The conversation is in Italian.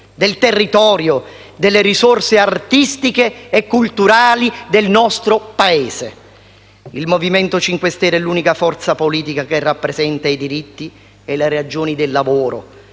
del territorio, delle risorse artistiche e culturali del nostro Paese. Il Movimento 5 Stelle è l'unica forza politica che rappresenta i diritti e le ragioni del lavoro,